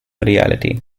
reality